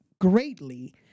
greatly